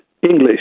English